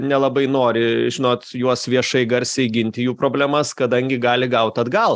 nelabai nori žinot juos viešai garsiai ginti jų problemas kadangi gali gaut atgal